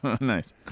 Nice